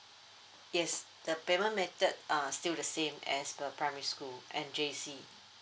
yes the payment method are still the same as the primary school and J_C